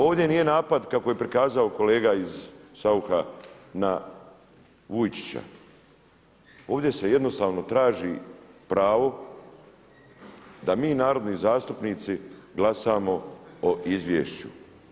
Ovdje nije napad kako je prikazao kolega Saucha na Vujčića, ovdje se jednostavno traži pravo da mi narodni zastupnici glasamo o izvješću.